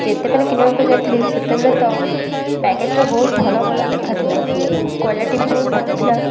ଯେତେବେଳେ କିଣିବାକୁ ଯାଇଥିଲି ସେତେବେଳେ ତ ପ୍ୟାକେଟ୍ରେ ବହୁତ ଭଲ ଭଲ ଲେଖା ଥିଲା କ୍ୱାଲିଟି ବି ବହୁତ ଭଲ ଥିଲା